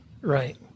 Right